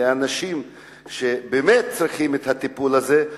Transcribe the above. לאנשים שבאמת צריכים את הטיפול הזה,